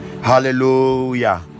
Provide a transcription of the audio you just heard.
hallelujah